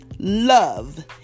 Love